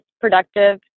productive